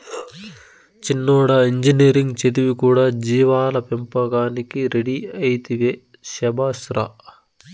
చిన్నోడా ఇంజనీరింగ్ చదివి కూడా జీవాల పెంపకానికి రెడీ అయితివే శభాష్ రా